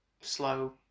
slow